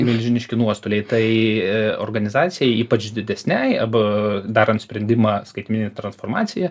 milžiniški nuostoliai tai organizacijai ypač didesnei ab darant sprendimą skaitmeninę transformaciją